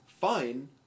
Fine